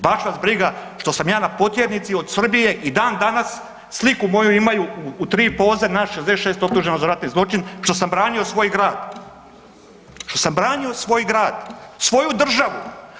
Baš vas briga što sam ja na potjernici od Srbije i dan danas sliku moju imaju u tri poze nas 66 optuženih za ratni zločin što sam branio svoj grad, što sam branio svoj grad, svoju državu.